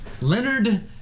Leonard